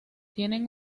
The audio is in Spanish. tienen